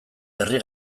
herri